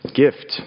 gift